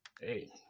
Hey